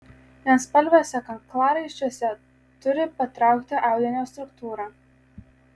vienspalviuose kaklaraiščiuose turi patraukti audinio struktūra